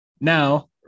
Now